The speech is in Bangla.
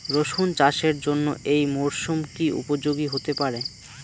রসুন চাষের জন্য এই মরসুম কি উপযোগী হতে পারে?